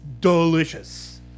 delicious